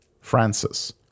Francis